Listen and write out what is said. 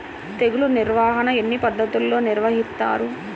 తెగులు నిర్వాహణ ఎన్ని పద్ధతుల్లో నిర్వహిస్తారు?